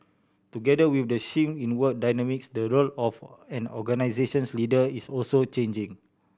together with the shift in work dynamics the role of an organisation's leader is also changing